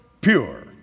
pure